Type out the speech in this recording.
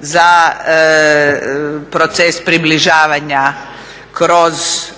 za proces približavanja kroz